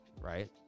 right